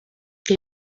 que